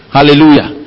Hallelujah